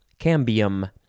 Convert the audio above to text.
cambium